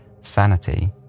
Sanity